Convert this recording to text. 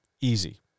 Easy